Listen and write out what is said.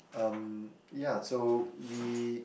um ya so we